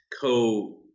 co